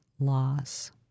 Loss